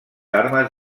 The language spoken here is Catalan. armes